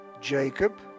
Jacob